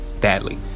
badly